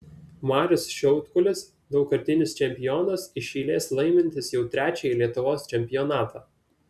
marius šiaudkulis daugkartinis čempionas iš eilės laimintis jau trečiąjį lietuvos čempionatą